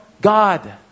God